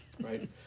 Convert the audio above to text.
right